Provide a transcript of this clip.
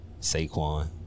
Saquon